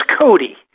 Cody